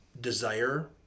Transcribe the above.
desire